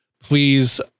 Please